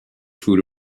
food